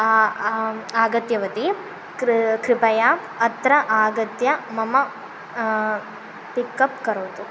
आम् आगतवती कृ कृपया अत्र आगत्य मम पिक् अप् करोतु